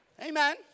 Amen